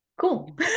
cool